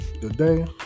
today